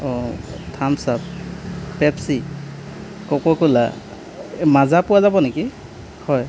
অ' Thums Up Pepsi Coca Cola মাজা পোৱা যাব নেকি হয়